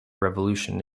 revolution